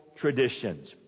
traditions